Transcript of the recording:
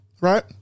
Right